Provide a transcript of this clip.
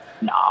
no